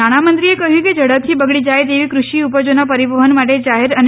નાણાંમંત્રીએ કહ્યું કે ઝડપથી બગડી જાય તેવી કૃષી ઉપજોના પરીવહન માટે જાહેર અને